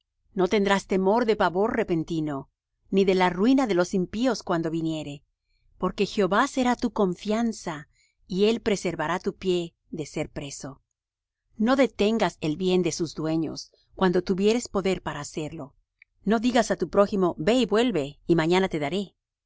no tendrás temor de pavor repentino ni de la ruina de los impíos cuando viniere porque jehová será tu confianza y él preservará tu pie de ser preso no detengas el bien de sus dueños cuando tuvieres poder para hacerlo no digas á tu prójimo ve y vuelve y mañana te daré